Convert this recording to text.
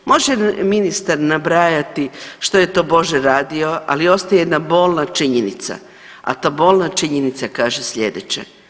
Može ministar nabrajati što je tobože radio ali ostaje jedna bolna činjenica, a ta bolna činjenica kaže slijedeće.